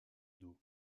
dos